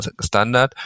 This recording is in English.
standard